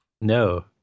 No